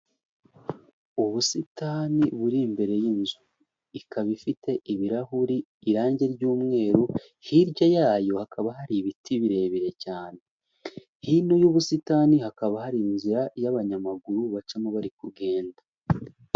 Ubusitani buri imbere y'inzu, ikaba ifite ibirahuri, irangi ry'umweru, hirya yayo hakaba hari ibiti birebire cyane, hino y'ubusitani hakaba hari inzira y'abanyamaguru bacamo bari kugenda.